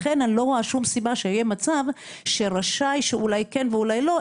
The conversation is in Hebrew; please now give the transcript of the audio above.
לכן אני לא רואה שום סיבה שיהיה מצב של "רשאי" אולי כן ואולי לא,